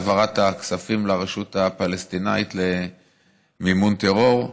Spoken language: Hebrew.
העברת הכספים לרשות הפלסטינית למימון טרור,